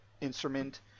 instrument